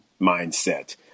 mindset